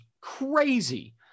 crazy